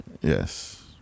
Yes